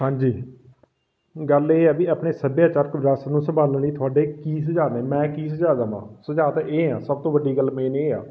ਹਾਂਜੀ ਗੱਲ ਇਹ ਆ ਵੀ ਆਪਣੇ ਸੱਭਿਆਚਾਰਕ ਵਿਰਾਸਤ ਨੂੰ ਸੰਭਾਲਣ ਲਈ ਤੁਹਾਡੇ ਕੀ ਸੁਝਾਅ ਨੇ ਮੈਂ ਕੀ ਸੁਝਾਅ ਦੇਵਾਂ ਸੁਝਾਅ ਤਾਂ ਇਹ ਆ ਸਭ ਤੋਂ ਵੱਡੀ ਗੱਲ ਮੇਨ ਇਹ ਆ